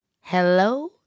Hello